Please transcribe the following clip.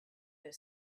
her